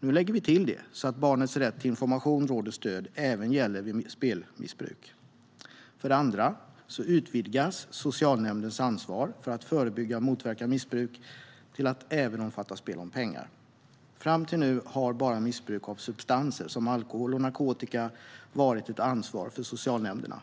Nu lägger vi till det, så att barnets rätt till information, råd och stöd även gäller vid spelmissbruk. För det andra utvidgas socialnämndernas ansvar för att förebygga och motverka missbruk till att även omfatta spel om pengar. Fram till nu har bara missbruk av substanser, såsom alkohol och narkotika, varit ett ansvar för socialnämnderna.